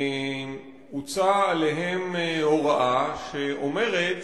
הוצאה להם הוראה שאומרת